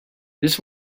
this